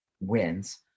wins